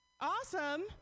Awesome